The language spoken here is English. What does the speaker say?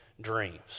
dreams